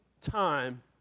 time